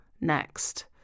next